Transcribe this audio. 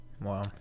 Wow